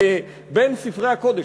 בין ספרי הקודש,